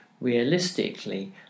realistically